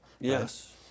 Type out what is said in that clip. Yes